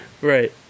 Right